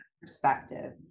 perspective